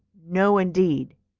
no indeed,